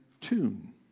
tune